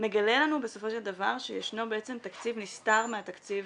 מגלה לנו בסופו של דבר שישנו בעצם תקציב נסתר מהתקציב